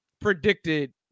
predicted